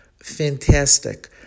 fantastic